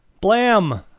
blam